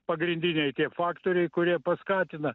pagrindiniai faktoriai kurie paskatina